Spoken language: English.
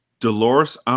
Dolores